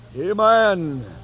Amen